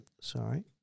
Sorry